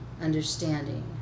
understanding